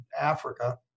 Africa